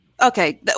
okay